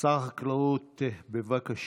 שר החקלאות, בבקשה.